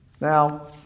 Now